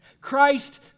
Christ